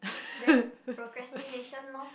there procrastination lor